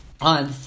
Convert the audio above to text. On